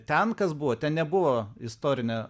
ten kas buvo ten nebuvo istorinė